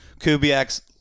Kubiak's